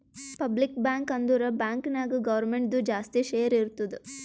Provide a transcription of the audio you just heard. public bank ಅಂದುರ್ bank ನಾಗ್ ಗೌರ್ಮೆಂಟ್ದು ಜಾಸ್ತಿ ಶೇರ್ ಇರ್ತುದ್